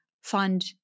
fund